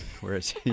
whereas